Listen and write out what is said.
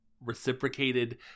reciprocated